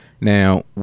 Now